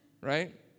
Right